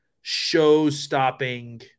show-stopping